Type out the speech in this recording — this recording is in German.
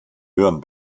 hören